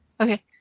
Okay